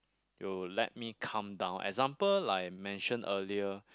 will let me calm down example like I mention earlier